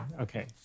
Okay